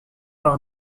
par